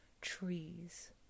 trees